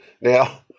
Now